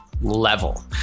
level